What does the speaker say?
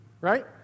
right